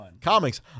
Comics